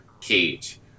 cage